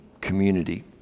community